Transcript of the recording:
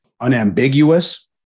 unambiguous